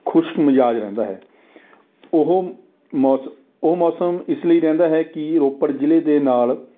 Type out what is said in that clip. ਖੁਸ਼ਕ ਮਿਜ਼ਾਜ਼ ਰਹਿੰਦਾ ਹੈ ਉਹ ਮੌਸ ਉਹ ਮੌਸਮ ਇਸ ਲਈ ਰਹਿੰਦਾ ਹੈ ਕਿ ਰੋਪੜ ਜ਼ਿਲ੍ਹੇ ਦੇ ਨਾਲ